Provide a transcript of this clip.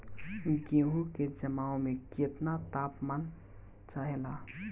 गेहू की जमाव में केतना तापमान चाहेला?